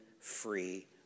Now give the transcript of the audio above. free